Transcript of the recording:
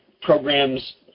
programs